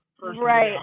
right